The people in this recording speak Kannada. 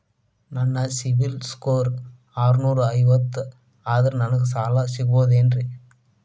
ನನ್ನ ಸಿಬಿಲ್ ಸ್ಕೋರ್ ಆರನೂರ ಐವತ್ತು ಅದರೇ ನನಗೆ ಸಾಲ ಸಿಗಬಹುದೇನ್ರಿ?